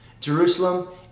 Jerusalem